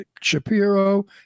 Shapiro